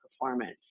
performance